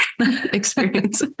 experience